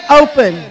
open